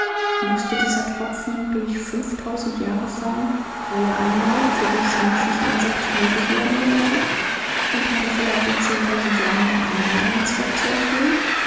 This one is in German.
mußte dieser tropfen durch fünftausend jahre fallen weil er einmal für dieses menschliche insekt nötig werden sollte und hat er vielleicht in zehntausend jahren noch einmal einen zweck zu erfüllen